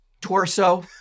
torso